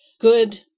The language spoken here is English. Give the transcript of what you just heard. good